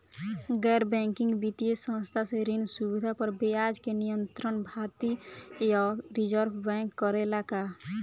गैर बैंकिंग वित्तीय संस्था से ऋण सुविधा पर ब्याज के नियंत्रण भारती य रिजर्व बैंक करे ला का?